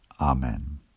Amen